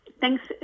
Thanks